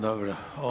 Dobro.